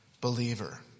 believer